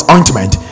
Ointment